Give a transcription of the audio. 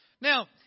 Now